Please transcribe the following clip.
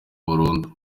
burundu